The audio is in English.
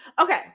okay